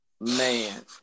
Man